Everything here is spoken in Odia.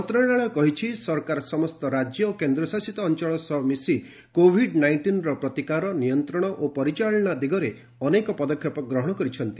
ମନ୍ତ୍ରଶାଳୟ କହିଛି ସରକାର ସମସ୍ତ ରାଜ୍ୟ ଓ କେନ୍ଦ୍ରଶାସିତ ଅଞ୍ଚଳ ସହ ମିଶି କୋଭିଡ୍ ନାଇଷ୍ଟିନ୍ର ପ୍ରତିକାର ନିୟନ୍ତ୍ରଣ ଓ ପରିଚାଳନା ଦିଗରେ ଅନେକ ପଦକ୍ଷେପ ଗ୍ରହଣ କରିଛନ୍ତି